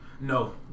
No